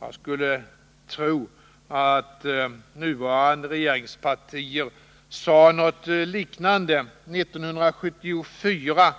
Jag skulle tro att nuvarande regeringspartier sade något liknande 1974